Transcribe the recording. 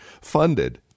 funded